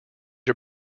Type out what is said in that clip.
are